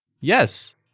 Yes